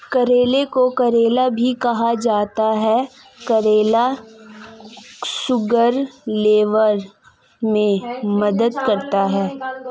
करेले को करेला भी कहा जाता है करेला शुगर लेवल में मदद करता है